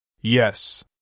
Yes